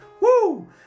Woo